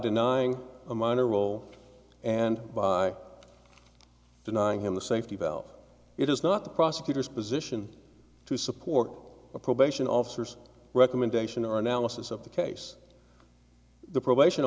denying a minor role and by denying him the safety valve it is not the prosecutor's position to support a probation officers recommendation or analysis of the case the probation